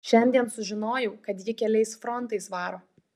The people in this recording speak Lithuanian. šiandien sužinojau kad ji keliais frontais varo